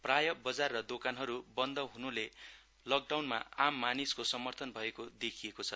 प्राय बजार र दोकानहरू बन्द हुनुले लकडाउनमा आम मानिसको समर्थन भएको देखिएको छ